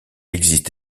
existe